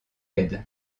aide